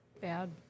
bad